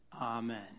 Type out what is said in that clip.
Amen